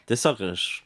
tiesiog aš